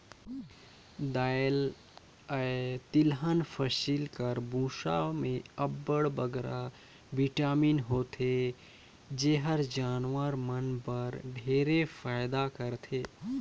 दाएल अए तिलहन फसिल कर बूसा में अब्बड़ बगरा बिटामिन होथे जेहर जानवर मन बर ढेरे फएदा करथे